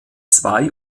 zwei